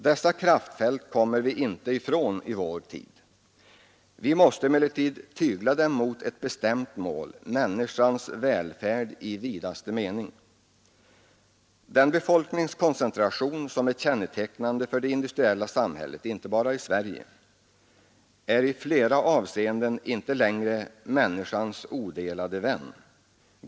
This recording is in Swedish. Dessa kraftfält kommer vi inte ifrån i vår tid. Vi måste emellertid tygla dem mot ett bestämt mål: människans välfärd i vidaste mening. Den befolkningskoncentration som är kännetecknande för det industriella samhället, inte bara i Sverige, är i flera avseenden inte längre människans odelade vän.